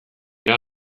dira